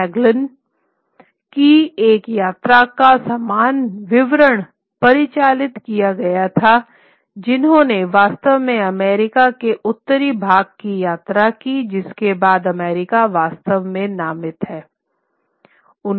Magellan की एक यात्रा का समान विवरण परिचालित किया गया था जिन्होंने वास्तव में अमेरिका के उत्तरी भाग की यात्रा की जिसके बाद अमेरिका वास्तव में नामित है